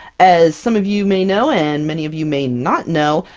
as some of you may know, and many of you may not know,